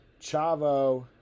Chavo